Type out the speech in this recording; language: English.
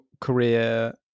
career